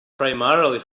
primarily